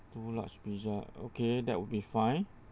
two large pizza okay that would be fine